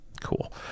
cool